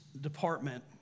department